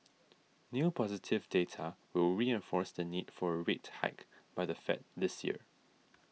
new positive data will reinforce the need for a rate hike by the Fed this year